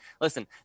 listen